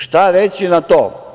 Šta reći na to?